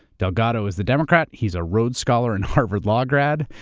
delgado is the democrat, he's a rhodes scholar and harvard law grad.